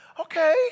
okay